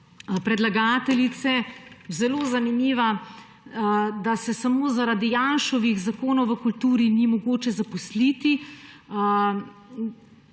predlagateljice, zelo zanimiva, da se samo zaradi Janševih zakonov v kulturi ni mogoče zaposliti.